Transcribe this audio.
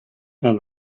and